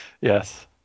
Yes